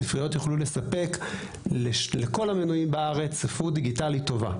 הספריות יוכלו לספק לכל המנויים בארץ ספרות דיגיטלית טובה.